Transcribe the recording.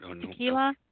Tequila